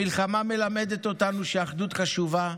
המלחמה מלמדת אותנו שאחדות חשובה.